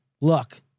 look